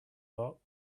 lot